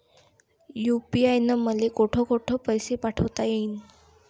UPI न मले कोठ कोठ पैसे पाठवता येईन?